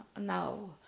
now